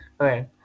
Okay